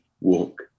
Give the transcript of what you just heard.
walk